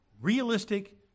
realistic